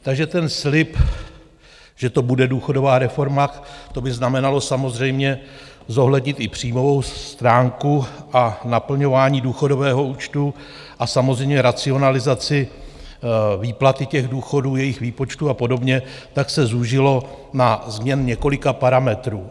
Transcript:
Takže ten slib, že to bude důchodová reforma to by znamenalo samozřejmě zohlednit i příjmovou stránku a naplňování důchodového účtu a samozřejmě racionalizaci výplaty těch důchodů, jejich výpočtů a podobně , tak se zúžil na změny několika parametrů.